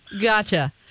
Gotcha